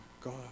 God